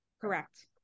Correct